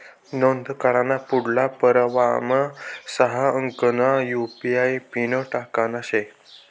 नोंद कराना पुढला पडावमा सहा अंकसना यु.पी.आय पिन टाकना शे